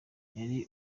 yari